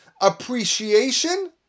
appreciation